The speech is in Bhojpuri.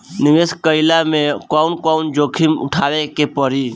निवेस कईला मे कउन कउन जोखिम उठावे के परि?